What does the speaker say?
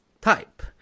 type